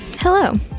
Hello